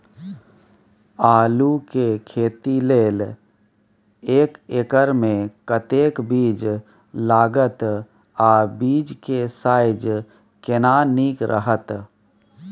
आलू के खेती लेल एक एकर मे कतेक बीज लागत आ बीज के साइज केना नीक रहत?